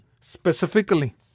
specifically